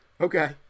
Okay